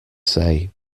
say